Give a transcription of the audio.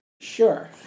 Sure